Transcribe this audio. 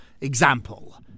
example